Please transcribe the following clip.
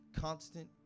constant